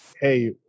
Hey